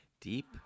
deep